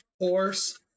horse